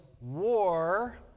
war